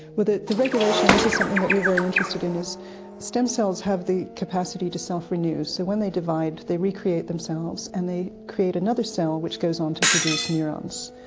well the the regulation, and this is something that we're very interested in is stem cells have the capacity to self-renew. so when they divide they recreate themselves and they create another cell which goes on to produce neurons,